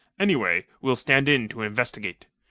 anyway, we'll stand in to investigate.